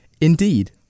Indeed